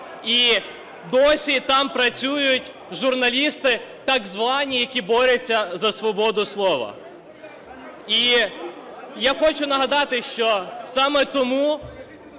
і досі там працюють журналісти, так звані, які борються за свободу слова. І я хочу нагадати, що саме тому